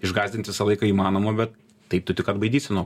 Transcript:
išgąsdint visą laiką įmanoma bet taip tu tik atbaidysi nuo